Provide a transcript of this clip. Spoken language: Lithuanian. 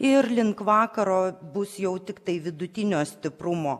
ir link vakaro bus jau tiktai vidutinio stiprumo